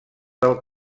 del